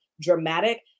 dramatic